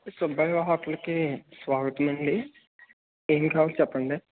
సుబ్బయ్య హోటల్కి స్వాగతం అండి ఏం కావాలి చెప్పండి